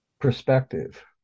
perspective